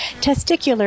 testicular